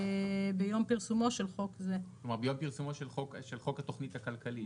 ביום פרסומו של חוק זה." כלומר ביום פרסומו של חוק התוכנית הכלכלית.